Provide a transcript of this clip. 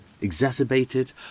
exacerbated